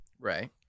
Right